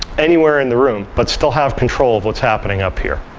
anywhere in the room, but still have control of what's happening up here.